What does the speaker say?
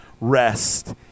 rest